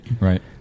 Right